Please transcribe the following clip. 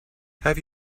have